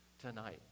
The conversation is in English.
tonight